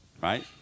right